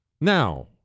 Now